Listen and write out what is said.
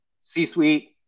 c-suite